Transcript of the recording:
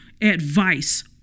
advice